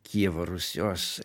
kijevo rusios